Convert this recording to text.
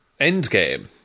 Endgame